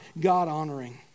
God-honoring